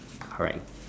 correct